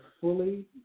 fully